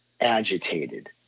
agitated